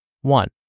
One